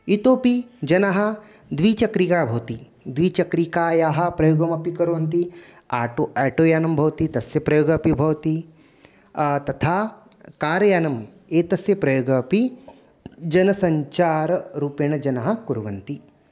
इतोऽपि जनाः द्विचक्रिका भवति द्विचक्रिकायाः प्रयोगमपि कुर्वन्ति आटो आटोयानं भवति तस्य प्रयोगः अपि भवति तथा कारयानम् एतस्य प्रयोगम् अपि जनसञ्चाररूपेण जनाः कुर्वन्ति